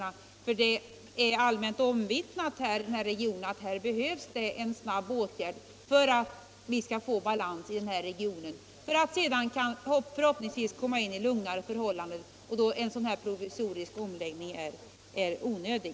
Det är nämligen allmänt omvittnat i denna region att här behövs snabba åtgärder för att uppnå balans i regionen och förhoppningsvis komma in i lugnare förhållanden. Då är en sådan här provisorisk omläggning onödig.